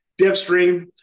DevStream